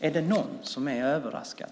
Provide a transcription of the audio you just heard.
Är det någon som är överraskad?